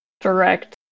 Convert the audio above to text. direct